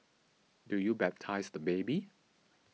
do you baptise the baby